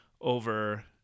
over